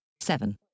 seven